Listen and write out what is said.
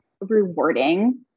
rewarding